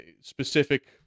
specific